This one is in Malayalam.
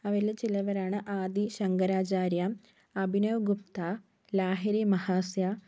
അവരില് ചിലവരാണ് ആദിശങ്കരാചാര്യ അഭിനവ് ഗുപ്ത ലാഹരി മഹാസ്യ